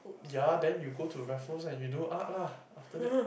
ya then you go to Raffles and you do art lah after that